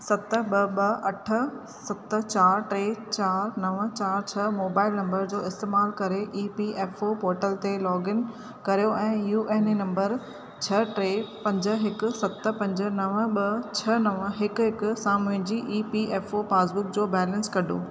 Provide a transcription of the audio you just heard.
सत ॿ ॿ अठ सत चारि टे चारि नव चार छह मोबाइल नंबर जो इस्तेमालु करे E P F O portal ते लॉगइन करियो ऐं यू ऐन ए नंबर छह टे पंज हिकु सत पंज नव ॿ छह नव हिकु हिकु सां मुंहिंजी E P F O passbook जो बैलेंस कढो